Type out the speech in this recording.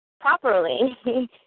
properly